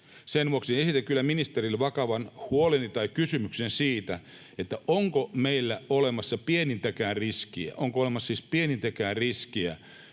Sen vuoksi esitän kyllä ministerille vakavan huoleni tai kysymykseni siitä, että onko meillä olemassa pienintäkään riskiä